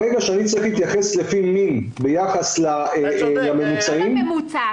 ברגע שאני צריך להתייחס לפי מין ביחס לממוצעים --- אתה צודק.